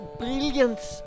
brilliance